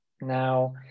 Now